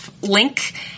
link